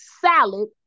salad